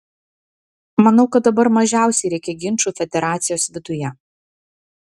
manau kad dabar mažiausiai reikia ginčų federacijos viduje